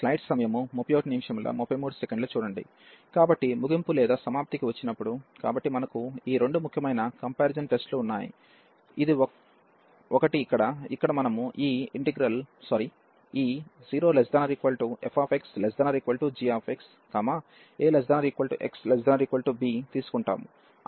కాబట్టి ముగింపు లేదా సమాప్తికి వచ్చినప్పుడు కాబట్టి మనకు ఈ రెండు ముఖ్యమైన కంపారిజాన్ టెస్ట్ లు ఉన్నాయి ఇది ఇక్కడ ఒకటి ఇక్కడ మనము ఈ 0≤fx≤gx ax≤b తీసుకుంటాము